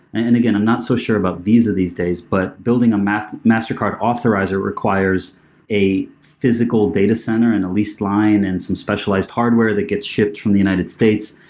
and again i'm not so sure about visa these days, but building a mastercard authorizer requires a physical data center and a least line and some specialized hardware that gets shipped from the united states,